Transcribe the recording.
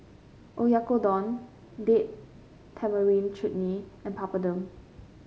Oyakodon Date Tamarind Chutney and Papadum